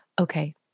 Okay